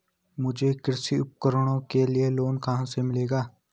मुझे कृषि उपकरणों के लिए लोन कहाँ से मिलेगा?